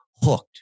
hooked